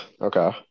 Okay